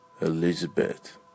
Elizabeth